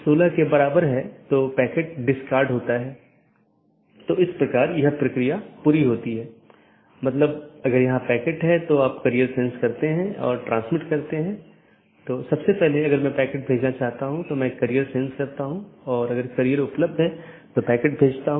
इसलिए पथ का वर्णन करने और उसका मूल्यांकन करने के लिए कई पथ विशेषताओं का उपयोग किया जाता है और राउटिंग कि जानकारी तथा पथ विशेषताएं साथियों के साथ आदान प्रदान करते हैं इसलिए जब कोई BGP राउटर किसी मार्ग की सलाह देता है तो वह मार्ग विशेषताओं को किसी सहकर्मी को विज्ञापन देने से पहले संशोधित करता है